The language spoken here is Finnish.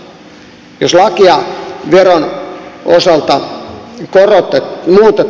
mikä heidän osansa on